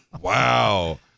Wow